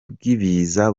bwiza